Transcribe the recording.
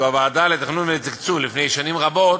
הוועדה לתכנון ולתקצוב, לפני שנים רבות,